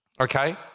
Okay